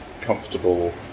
comfortable